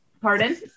Pardon